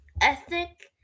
ethic